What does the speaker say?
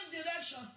direction